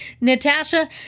Natasha